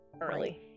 early